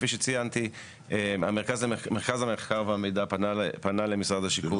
כפי שציינתי מרכז המחקר והמידע פנה למשרד השיכון